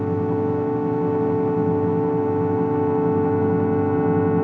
ah